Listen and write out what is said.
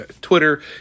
twitter